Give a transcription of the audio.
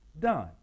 done